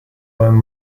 beim